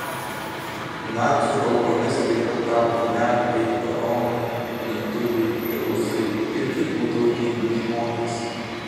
nacių aukomis taip pat tapo lenkai romai lietuviai rusai ir kitų tautybių žmonės